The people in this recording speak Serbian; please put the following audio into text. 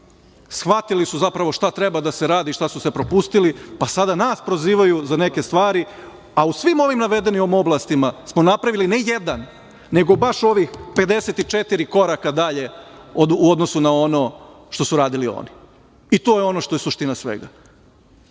Shvatili su zapravo šta treba da se radi i šta su sve propustili, pa sada nas prozivaju za neke stvari, a u svim ovim navedenim oblastima smo napravili ne jedan, nego baš ovih 54 koraka dalje, u odnosu na ono što su radili oni. I to je ono što je suština svega. Prema